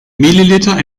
milliliter